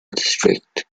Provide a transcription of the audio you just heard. district